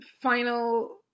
final